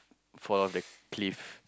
fall off the cliff